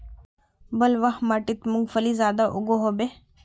बलवाह माटित मूंगफली ज्यादा उगो होबे?